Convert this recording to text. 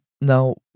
Now